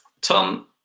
tom